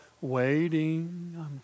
Waiting